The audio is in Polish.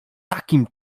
takim